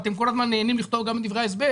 אתם כל הזמן נהנים לכתוב גם בדברי ההסבר